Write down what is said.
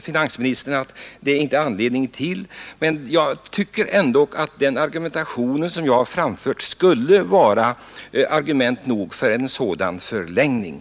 Finansministern menar nu att det inte finns anledning härtill, men jag tycker ändå att de argument jag framfört skulle vara tillräckliga för att motivera en sådan förlängning.